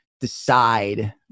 decide